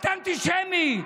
את אנטישמית.